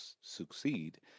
succeed